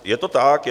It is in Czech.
Je to tak.